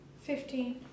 Fifteen